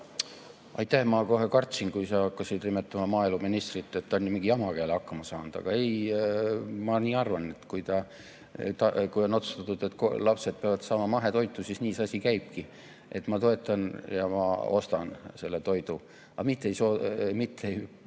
Aitäh! Ma kohe kartsin, kui sa hakkasid nimetama maaeluministrit, et ta on jälle mingi jamaga hakkama saanud. Aga ei, ma arvan, et kui on otsustatud, et lapsed peavad saama mahetoitu, siis nii see asi käibki. Ma toetan ja ma ostan seda toitu, aga mitte ei